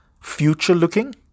future-looking